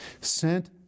sent